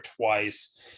twice